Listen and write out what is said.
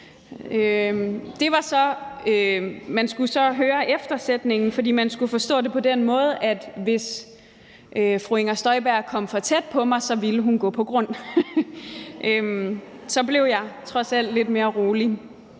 Man skulle så høre sætningen bagefter, for man skulle forstå det på den måde, at hvis fru Inger Støjberg kom for tæt på mig, ville hun gå på grund. Så blev jeg trods alt lidt mere rolig.